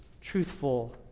truthful